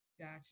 Gotcha